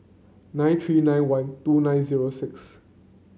nine three nine one two nine zero six